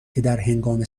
درهنگام